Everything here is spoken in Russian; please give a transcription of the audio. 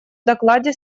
докладе